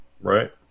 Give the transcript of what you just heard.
Right